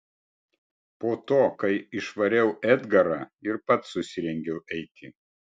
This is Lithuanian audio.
po to kai išvariau edgarą ir pats susirengiau eiti